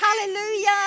Hallelujah